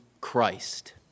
Christ